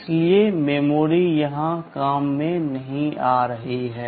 इसलिए मेमोरी यहाँ काम में नहीं आ रही है